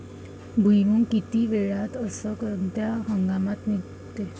भुईमुंग किती वेळात अस कोनच्या हंगामात निगते?